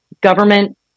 government